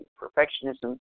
Perfectionism